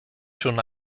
schon